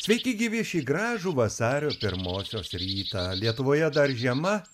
sveiki gyvi šį gražų vasario pirmosios rytą lietuvoje dar žiema